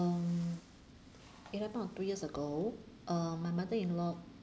um it happened on two years ago uh my mother in law